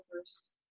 first